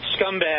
scumbag